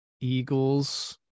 Eagles